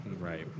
Right